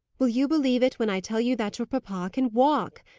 will you believe it, when i tell you that your papa can walk!